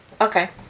Okay